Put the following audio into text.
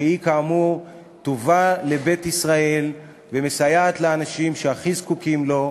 שהיא כאמור טובה לבית ישראל ומסייעת לאנשים שהכי זקוקים לה.